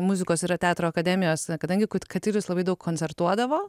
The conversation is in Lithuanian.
muzikos yra teatro akademijos kadangi katilius labai daug koncertuodavo